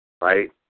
right